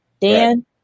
Dan